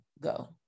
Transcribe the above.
go